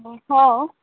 बताउ